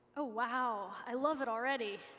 ah wow. i love it already.